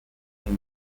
این